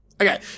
Okay